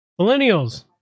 millennials